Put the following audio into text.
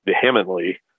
vehemently